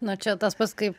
na čia tas pats kaip